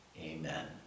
Amen